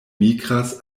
migras